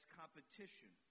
competition